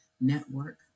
network